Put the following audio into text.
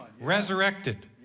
Resurrected